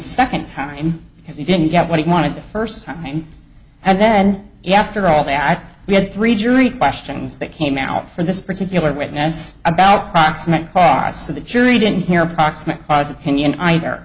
second time because he didn't get what he wanted the first time and then after all that we had three jury questions that came out for this particular witness about proximate cause of the jury didn't hear proximate cause opinion either